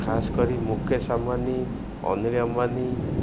ଖାସ କରି ମୁକେଶ ଆମ୍ବାନୀ ଅନିଲ୍ ଅମ୍ବାନୀ